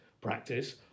practice